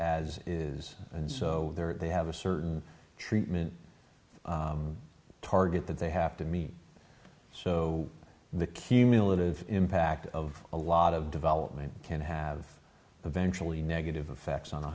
as is and so they have a certain treatment target that they have to meet so the cumulative impact of a lot of development can have eventually negative effects on